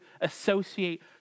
associate